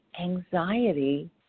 anxiety